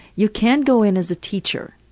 you can't go in as a teacher.